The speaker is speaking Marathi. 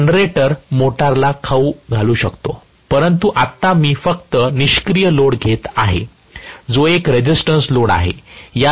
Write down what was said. जनरेटर मोटरला खाऊ घालू शकतो परंतु आत्ता मी फक्त एक निष्क्रीय लोड घेत आहे जो एक रेझिस्टन्स लोड आहे